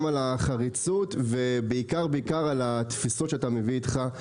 גם על החריצות ובעיקר על התפיסות שאתה מביא איתך.